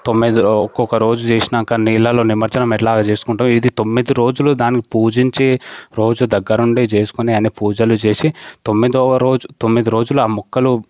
తొమ్మిది రో ఒక్కొక్క రోజు చేసినాక నీళ్ళల్లో నిమజ్జనం ఎట్లాగ చేసుకుంటామో ఇది తొమ్మిది రోజులు దానికి పూజించి రోజు దగ్గరుండి చేసుకొని అన్ని పూజలు చేసి తొమ్మిదవ రోజు తొమ్మిది రోజులు ఆ మొక్కలు